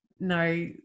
No